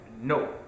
no